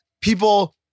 people